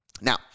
Now